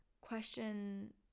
question